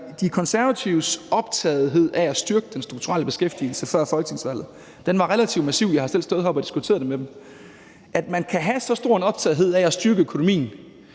De Konservatives optagethed af at styrke den strukturelle beskæftigelse før folketingsvalget var relativt massiv; jeg har selv stået heroppe og diskuteret det med dem. At man kan have så stor en optagethed af at styrke økonomien